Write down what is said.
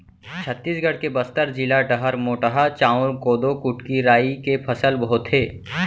छत्तीसगढ़ के बस्तर जिला डहर मोटहा चाँउर, कोदो, कुटकी, राई के फसल होथे